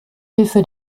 hilfe